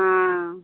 অঁ